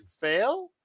fail